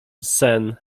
sen